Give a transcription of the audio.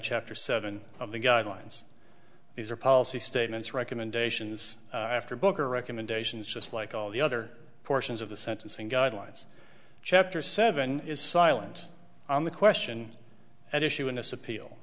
chapter seven of the guidelines these are policy statements recommendations after book or recommendations just like all the other portions of the sentencing guidelines chapter seven is silent on the question at issue in this appeal